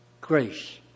grace